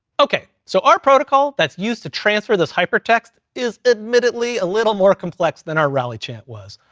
okay, so our protocol that's used to transfer this hypertext is admittedly a little more complex than our rally chant was.